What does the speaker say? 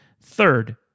Third